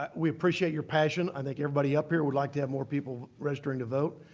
um we appreciate your passion. i think everybody up here would like to have more people registering to vote.